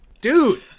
Dude